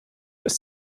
bis